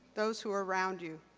those who are around you.